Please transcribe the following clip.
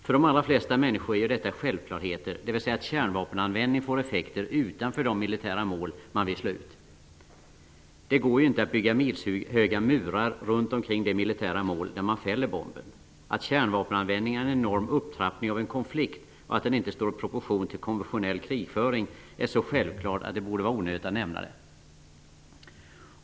För de allra flesta människor är ju detta självklarheter, dvs. att kärnvapenanvändning får effekter utanför de militära mål man vill slå ut. Det går ju inte att bygga milshöga murar runt omkring det militära mål där man fäller bomben. Att kärnvapenanvändning är en enorm upptrappning av en konflikt och att den inte står i proportion till konventionell krigföring är så självklart att det borde vara onödigt att nämna det.